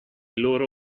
loro